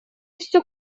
все